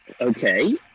okay